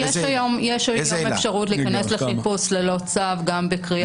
יש היום אפשרות להיכנס לחיפוש ללא צו גם בקריאה לעזרה.